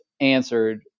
answered